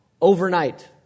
overnight